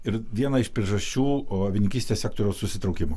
ir viena iš priežasčių o avininkystės sektoriaus susitraukimo